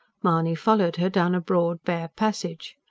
mahony followed her down a broad, bare passage.